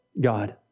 God